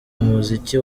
muziki